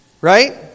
Right